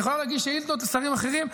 את יכולה להגיש שאילתות לשרים אחרים,